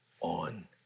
on